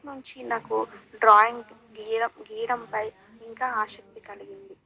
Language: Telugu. అప్పటి నుంచి నాకు డ్రాయింగ్ గీయడంపై ఇంకా ఆసక్తి కలిగింది